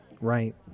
Right